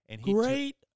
Great